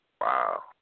Wow